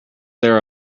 there